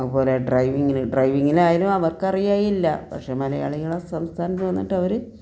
അതുപോലെ ഡ്രൈവിങ്ങിന് ഡ്രൈവിങ്ങിനായാലും അവർക്ക് അറിയായിക ഇല്ല പക്ഷെ മലയാളികളേ സംസ്ഥാനത്ത് വന്നിട്ട് അവർ